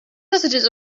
sausages